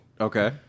Okay